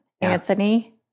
Anthony